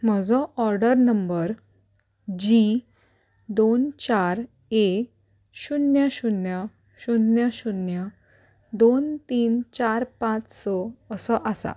म्हजो order number G दोन चार ए शुन्य शुन्य शुन्य शुन्य दोन तीन चार पांच स असो आसा